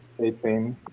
18